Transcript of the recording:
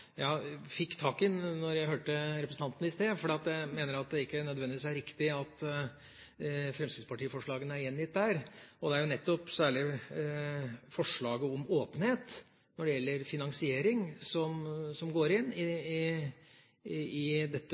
Jeg fikk tak i den da jeg hørte representanten i sted, for jeg mener at det nødvendigvis ikke er riktig at fremskrittspartiforslagene er gjengitt der. Det er jo særlig forslaget om åpenhet når det gjelder finansiering, som går inn i dette utvalgets rapport, og som har relevans inn i